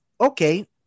okay